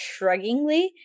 shruggingly